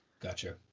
Gotcha